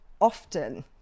often